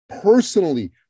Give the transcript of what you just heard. personally